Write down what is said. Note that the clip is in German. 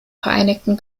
vereinigten